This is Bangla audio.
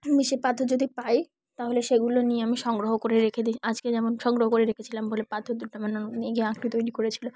আমি সেই পাথর যদি পাই তাহলে সেগুলো নিয়ে আমি সংগ্রহ করে রেখে দিই আজকে যেমন সংগ্রহ করে রেখেছিলাম বলে পাথর দুটো আমার ননদ নিয়ে গিয়ে আংটি তৈরি করেছিল